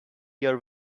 your